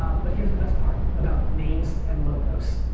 um but here's the best part about names and logos.